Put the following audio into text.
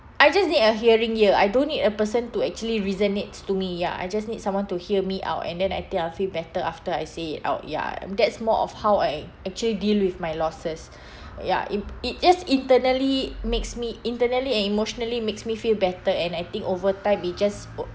I just need a hearing ear I don't need a person to actually reason it to me ya I just need someone to hear me out and then I think I'll feel better after I say it out ya that's more of how I actually deal with my losses ya it it just internally makes me internally and emotionally makes me feel better and I think over time it just o~